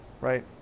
right